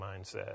mindset